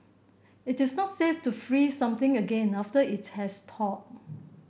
it is not safe to freeze something again after it has thawed